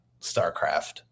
starcraft